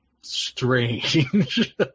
strange